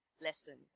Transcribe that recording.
Lesson